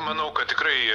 manau kad tikrai